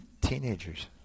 teenagers